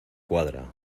cuadra